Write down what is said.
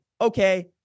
okay